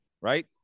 Right